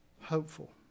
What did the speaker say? hopeful